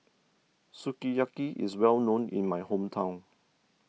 Sukiyaki is well known in my hometown